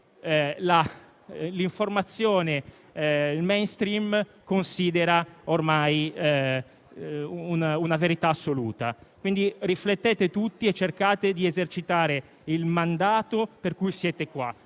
l'informazione e il *mainstream* considerano ormai una verità assoluta. Riflettete tutti e cercate di esercitare il mandato per cui siete qui,